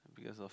because of